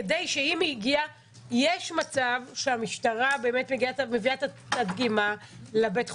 כדי שאם היא הגיעה יש מצב שהמשטרה באמת מביאה את הדגימה לבית החולים.